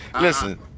Listen